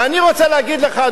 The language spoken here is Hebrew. ואני רוצה להגיד לך,